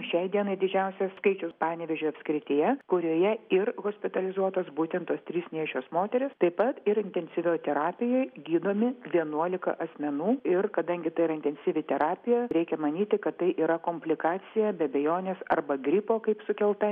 šiai dienai didžiausias skaičius panevėžio apskrityje kurioje ir hospitalizuotos būtent tos trys nėščios moterys taip pat ir intensyvioj terapijoj gydomi vienuolika asmenų ir kadangi tai yra intensyvi terapija reikia manyti kad tai yra komplikacija be abejonės arba gripo kaip sukelta